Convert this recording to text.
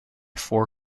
four